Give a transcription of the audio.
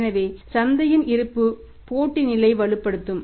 எனவே சந்தையின் இருப்பு போட்டி நிலை வலுப்படுத்தும்